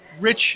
Rich